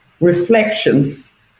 reflections